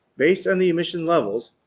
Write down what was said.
based on the emission levels,